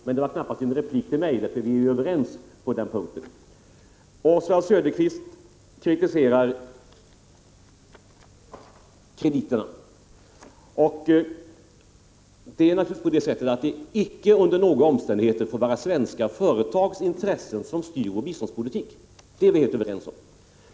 Men det var knappast någon replik till mig, för vi är ju överens på den punkten. Oswald Söderqvist kritiserade krediterna. Naturligtvis skall det icke under några omständigheter få vara svenska företags intressen som styr vår biståndspolitik. Det är vi helt överens om.